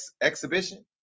exhibition